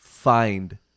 Find